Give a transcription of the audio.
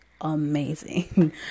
amazing